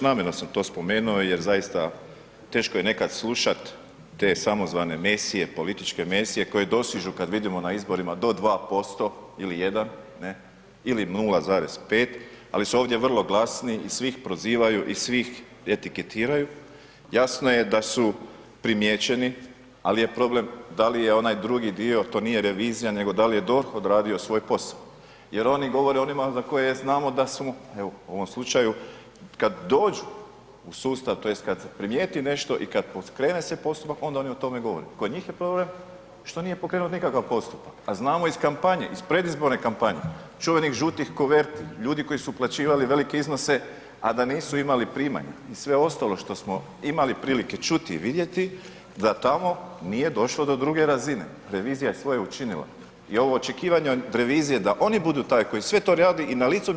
Namjerno sam to spomenuo jer zaista, teško je nekad slušat te samozvane Mesije, političke Mesije koji dostižu kad vidimo na izborima do 2% ili 1, ne, ili 0,5 ali su ovdje vrlo glasni i svi ih prozivaju i svi ih etiketiraju, jasno je da su primijećeni ali je problem da li je onaj drugi dio, to nije revizija, nego da li je DORH odradio svoj posao jer oni govore onima za koje znamo da su, evo u ovom slučaju, kad dođu u sustav tj. kad se primijeti nešto i kad krene se postupak, onda o tome oni govore, kod njih je problem što nije pokrenut nikakav postupak a znamo iz kampanje, iz predizborne kampanje, čuvenih žutih kuverti, ljudi koji su uplaćivali velike iznose a da nisu imali primanja i sve ostalo što smo imali prilike čuti i vidjeti da tamo nije došlo do druge razine, revizija je svoje učinila i ovo očekivanje od revizije da oni budu taj koji sve to radi i na licu mjesta kažnjava, nije korektno.